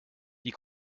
die